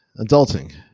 adulting